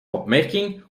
opmerking